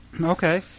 Okay